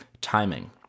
timing